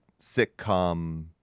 sitcom